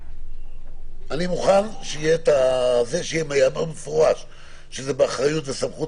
אני מוכן שייאמר במפורש שזה באחריות וסמכות